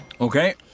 okay